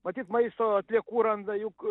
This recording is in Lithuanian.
matyt maisto atliekų randa juk